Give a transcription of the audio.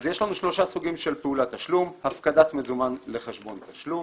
אז יש לנו שלושה סוגים של פעולת תשלום הפקדת מזומן לחשבון תשלום,